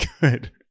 good